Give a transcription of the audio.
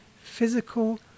physical